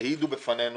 בפנינו